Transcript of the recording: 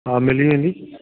हा मिली वेंदी